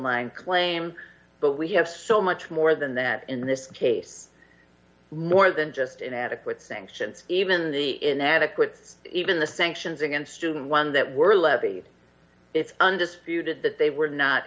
line claim but we have so much more than that in this case more than just inadequate sanctions even the inadequate for even the sanctions against in one that were levied it's undisputed that they were not